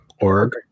org